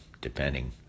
depending